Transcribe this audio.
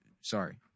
Sorry